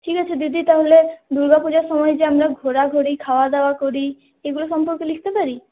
ঠিক আছে দিদি তাহলে দুর্গাপূজার সময়ে যে আমরা ঘোরাঘুরি খাওয়া দাওয়া করি এগুলো সম্পর্কে লিখতে পারি